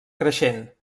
creixent